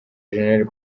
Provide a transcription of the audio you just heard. gen